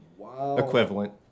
equivalent